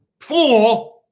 fool